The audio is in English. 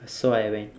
so I went